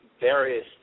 various